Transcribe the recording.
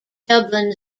dublin